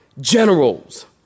generals